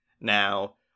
now